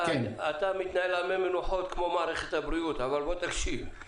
אתה מתנהל על מי מנוחות כמו מערכת הבריאות אבל בוא תקשיב,